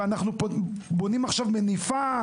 ו-"אנחנו בונים עכשיו מניפה",